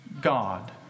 God